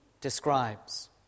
describes